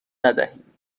ندهیم